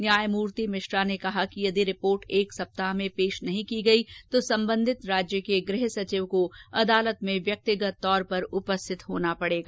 न्यायमूर्ति मिश्रा ने कहा यदि रिपोर्ट एक सप्ताह में नहीं पेश की गयी तो संबंधित राज्य के गृह सचिव को अदालत में व्यक्तिगत तौर पर उपस्थित होना पड़ेगा